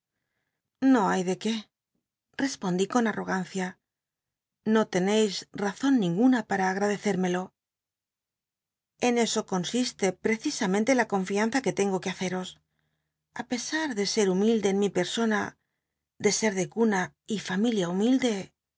que acabais de decir ué cspondí con arrogancia no l'io hay de lcncis razon ninguna para agradecérmelo en eso consiste precisamente la confianza c ue tengo que haceros a pesar de ser humilde en mi persona de ser de cuna r familia humilde